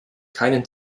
keinen